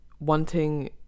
wanting